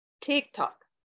TikTok